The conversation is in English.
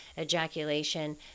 ejaculation